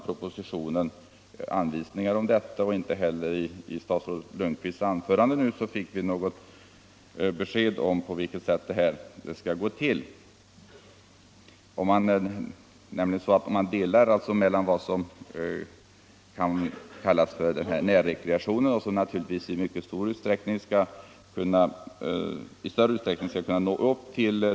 Propositionen saknar anvisningar om hur detta skall ske, och inte heller i statsrådet Lundkvists anförande fick vi något besked om hur det skall gå till.